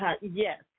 Yes